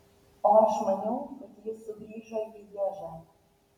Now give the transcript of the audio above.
o aš maniau kad jis sugrįžo į lježą